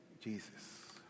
Jesus